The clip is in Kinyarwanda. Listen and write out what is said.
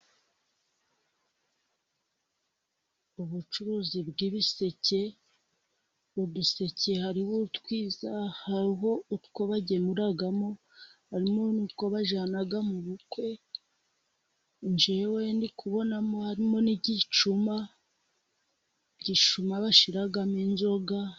Ubucuruzi bw'ibiseke . Mu duseke harimo n'utwiza bo utwo bagemuramo ,harimo n'utwo bajyana mu bukwe. Njyewe ndi kubonamo harimo n'igicuma . Igicuma bashyiraga inzoga